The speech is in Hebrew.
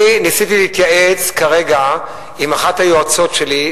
אני ניסיתי להתייעץ כרגע עם אחת היועצות שלי,